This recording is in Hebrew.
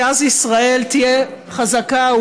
כי אז ישראל תהיה חזקה,